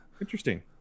interesting